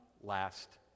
last